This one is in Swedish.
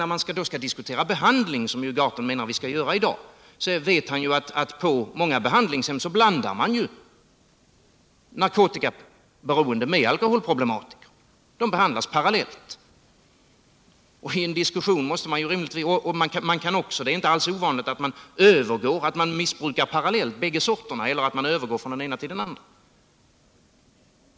När vi diskuterar behandlingen — och det menar Per Gahrton att vi skall göra i dag — så vet ju Per Gahrton att på många behandlingshem blandar man narkotikaberoende med alkoholproblematiker. De behandlas parallellt. Och det är inte alls ovanligt att människor missbrukar båda sorterna parallellt eller övergår från den ena sorten till den andra.